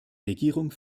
regierung